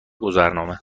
گذرنامه